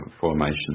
formation